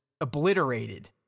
obliterated